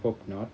hope not